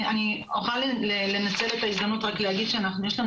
אני אוכל לנצל את ההזדמנות רק להגיד שיש לנו